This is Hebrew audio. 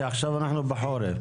כי עכשיו אנחנו בחורף.